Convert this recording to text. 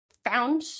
found